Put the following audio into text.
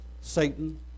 Satan